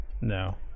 No